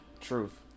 Truth